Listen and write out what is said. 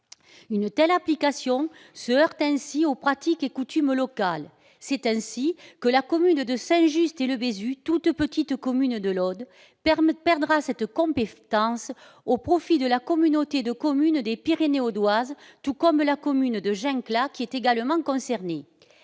Une telle application de la loi se heurte aux pratiques et coutumes locales. C'est ainsi que la commune de Saint-Just-et-le-Bézu, toute petite commune de l'Aude, perdra cette compétence au profit de la communauté de communes des Pyrénées audoises, tout comme la commune de Gincla, également concernée.